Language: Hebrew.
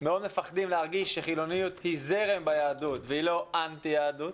מאוד מפחדים להרגיש שהחילוניות היא זרם ביהדות והיא לא אנטי יהדות.